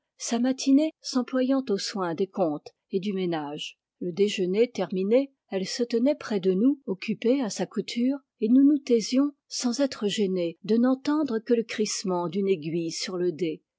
sa matinée s'employant au soin des comptes et du ménage le déjeuner terminé elle se tenait près de nous occupée à sa couture et nous nous taisions sans être gênés de n'entendre que le crissement d'une aiguille sur le dé